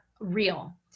real